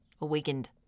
Awakened